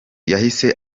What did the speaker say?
yahise